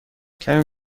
کمی